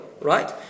right